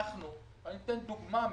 שאנחנו ואני אתן דוגמה מהדסה,